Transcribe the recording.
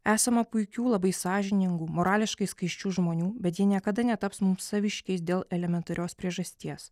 esama puikių labai sąžiningų morališkai skaisčių žmonių bet jie niekada netaps mums saviškiais dėl elementarios priežasties